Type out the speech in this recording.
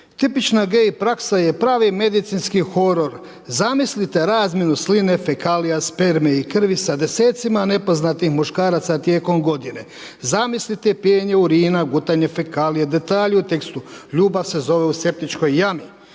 tipična gay praksa je pravi medicinski horor, zamislite zamjenu sline, fekalija, sperme i krvi sa desecima nepoznatih muškaraca tijekom godine. Zamislite pijenje urina, gutanje fekalije, detalji u tekstu, ljubav se zove u septičkoj jami.